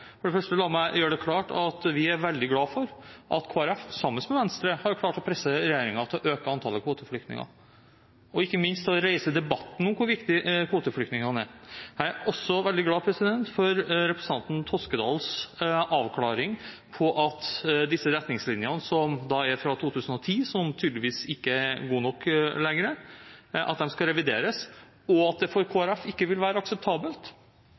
for det første gjøre det klart at vi er veldig glad for at Kristelig Folkeparti sammen med Venstre har klart å presse regjeringen til å øke antallet kvoteflyktninger – og ikke minst til å reise debatten om hvor viktige kvoteflyktningene er. Jeg er også veldig glad for representanten Toskedals avklaring av disse retningslinjene – som er fra 2010, og som tydeligvis ikke er gode nok lenger, de skal revideres – og at det for Kristelig Folkeparti ikke vil være akseptabelt